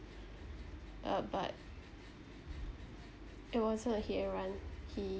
uh but it wasn't a hit and run he